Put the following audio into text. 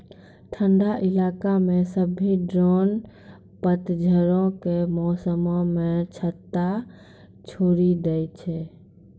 ठंडा इलाका मे सभ्भे ड्रोन पतझड़ो के मौसमो मे छत्ता छोड़ि दै छै